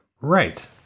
Right